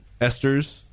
esters